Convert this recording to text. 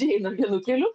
einam vienu keliu